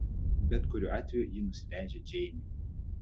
bet kuriuo atveju ji nusileidžia džeinei